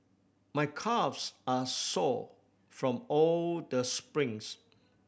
my calves are sore from all the sprints